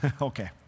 okay